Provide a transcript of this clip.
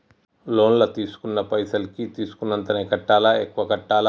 Loan లా తీస్కున్న పైసల్ కి తీస్కున్నంతనే కట్టాలా? ఎక్కువ కట్టాలా?